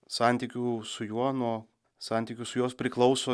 santykių su juo nuo santykių su jos priklauso